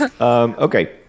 Okay